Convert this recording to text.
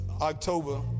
October